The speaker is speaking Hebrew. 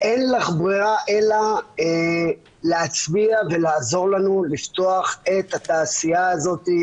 אין לך ברירה אלא להצביע ולעזור לנו לפתוח את התעשייה הזאת.